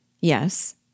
Yes